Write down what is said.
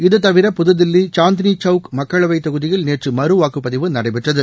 இதுதவிர புதுதில்வி சாந்தினி சவுக் மக்களவை தொகுதியில் நேற்று மறு வாக்குப் பதிவு நடைபெற்றது